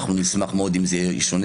נשמח מאוד אם זה ישונה.